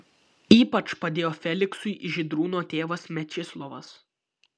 ypač padėjo feliksui žydrūno tėvas mečislovas